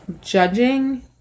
judging